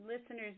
listeners